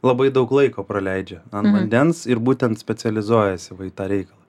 labai daug laiko praleidžia ant vandens ir būtent specializuojasi va į tą reikalą